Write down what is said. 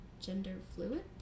gender-fluid